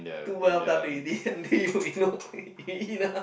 too well done until you know eat enough